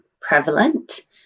prevalent